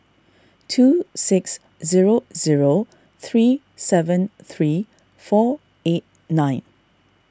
two six zero zero three seven three four eight nine